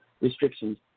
restrictions